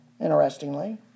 Interestingly